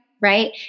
Right